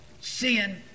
Sin